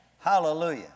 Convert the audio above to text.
Hallelujah